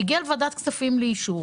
שהגיעה לוועדת כספים לאישור,